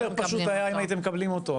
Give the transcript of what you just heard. כמה יותר פשוט היה אם הייתם מקבלים אותו?